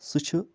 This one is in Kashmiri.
سُہ چھِ